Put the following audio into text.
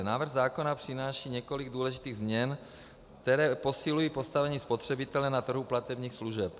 Návrh zákona přináší několik důležitých změn, které posilují postavení spotřebitele na trhu platebních služeb.